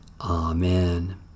Amen